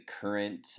current